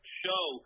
show